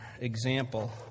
example